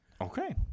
Okay